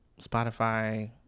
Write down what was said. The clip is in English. Spotify